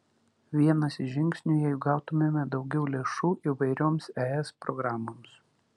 vienas iš žingsnių jei gautumėme daugiau lėšų įvairioms es programoms